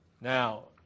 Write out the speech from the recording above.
Now